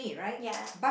ya